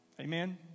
Amen